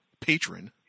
patron